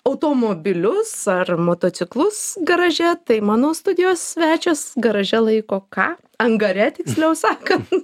automobilius ar motociklus garaže tai mano studijos svečias garaže laiko ką angare tiksliau sakant